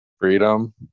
Freedom